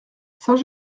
saint